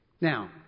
Now